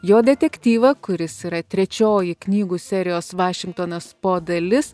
jo detektyvą kuris yra trečioji knygų serijos vašingtonas po dalis